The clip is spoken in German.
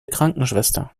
krankenschwester